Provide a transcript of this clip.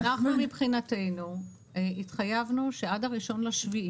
אנחנו מבחינתנו התחייבנו שעד ה-1 ביולי